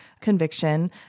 conviction